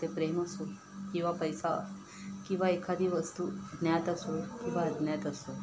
मग ते प्रेम असो किंवा पैसा किंवा एखादी वस्तू ज्ञात असो किंवा अज्ञात असो